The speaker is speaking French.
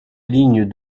ligne